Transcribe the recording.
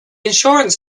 insurance